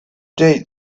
date